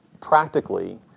practically